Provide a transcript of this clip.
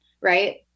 right